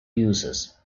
uses